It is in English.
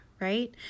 right